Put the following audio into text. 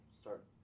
start